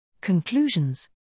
Conclusions